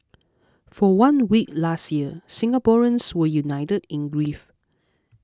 for one week last year Singaporeans were united in grief